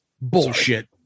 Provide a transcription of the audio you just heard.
Bullshit